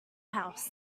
house